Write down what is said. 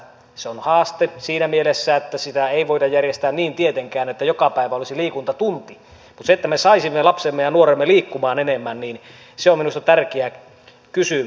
se on haaste siinä mielessä että sitä ei voida järjestää niin tietenkään että joka päivä olisi liikuntatunti mutta se että me saisimme lapsemme ja nuoremme liikkumaan enemmän on minusta tärkeä kysymys